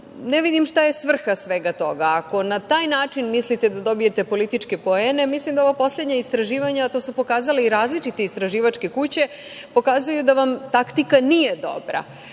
Ne vidim šta je svrha svega toga. Ako na taj način mislite da dobijete političke poene, mislim da ova poslednja istraživanja, a to su pokazali različite istraživačke kuće, pokazuju da vam taktika nije dobra.